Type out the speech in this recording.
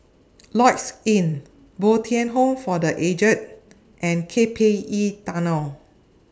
Lloyds Inn Bo Tien Home For The Aged and K P E Tunnel